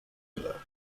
miller